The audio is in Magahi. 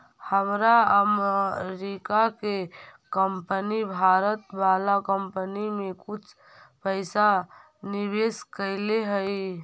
हमार अमरीका के कंपनी भारत वाला कंपनी में कुछ पइसा निवेश कैले हइ